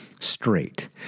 straight